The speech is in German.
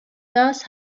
das